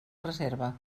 reserva